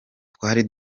twari